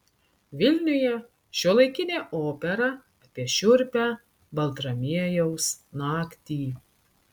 vilniuje šiuolaikinė opera apie šiurpią baltramiejaus naktį